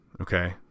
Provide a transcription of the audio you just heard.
Okay